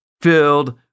filled